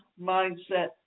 mindset